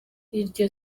iryo